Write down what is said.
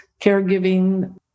caregiving